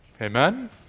Amen